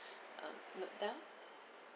um note down